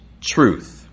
Truth